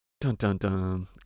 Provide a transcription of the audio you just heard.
Dun-dun-dun